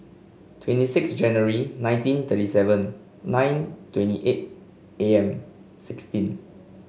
twenty six January nineteen thirty seven nine twenty eight A M sixteen